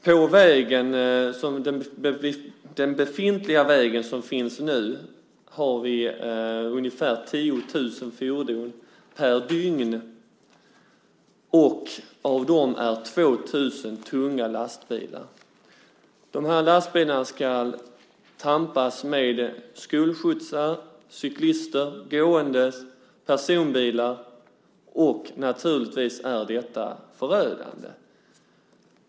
På den väg som finns nu åker ungefär 10 000 fordon per dygn. Av dessa är 2 000 tunga lastbilar. Lastbilarna ska tampas med skolskjutsar, cyklister, gående och personbilar. Naturligtvis är detta förödande.